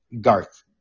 Garth